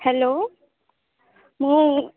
hello ମୁଁ